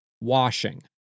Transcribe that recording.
washing